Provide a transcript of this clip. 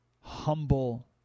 humble